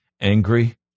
angry